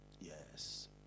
Yes